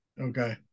Okay